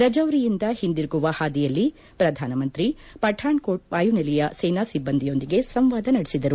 ರಜೌರಿಯಿಂದ ಹಿಂದಿರುಗುವ ಹಾದಿಯಲ್ಲಿ ಪ್ರಧಾನಮಂತ್ರಿ ಪಠಾಣ್ಕೋಟ್ ವಾಯುನೆಲೆಯ ಸೇನಾ ಸಿಬ್ಲಂದಿಯೊಂದಿಗೆ ಸಂವಾದ ನಡೆಸಿದರು